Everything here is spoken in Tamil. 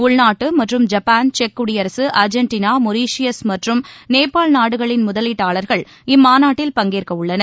உள்நாட்டு மற்றும் ஜப்பான் செக் குடியரக அர்ஜென்டினா மொரீஷியஸ் மற்றும் நேபாள் நாடுகளின் முதலீட்டாளர்கள் இம்மாநாட்டில் பங்கேற்கவுள்ளனர்